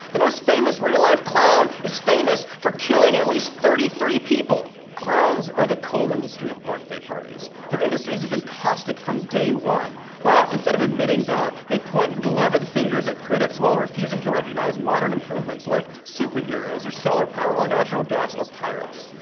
the most famous real life clown is famous for killing at least thirty three people. clowns are the coal industry of birthday parties. their industries have been caustic from day one. but instead of admitting that, they point gloved fingers at critics while refusing to recognize modern improvements like superheroes or solar power or natural gas or pirates.